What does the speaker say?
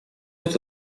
это